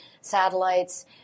satellites